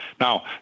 Now